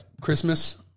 Christmas